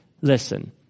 listen